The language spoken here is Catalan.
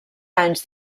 anys